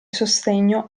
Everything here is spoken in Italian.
sostegno